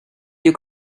you